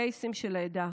קייסים של העדה,